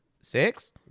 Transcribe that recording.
six